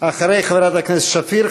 אחרי חברת הכנסת שפיר,